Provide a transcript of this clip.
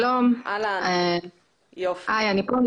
שלום, אני פה.